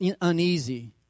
uneasy